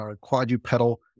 quadrupedal